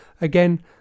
again